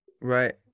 right